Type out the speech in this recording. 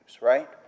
right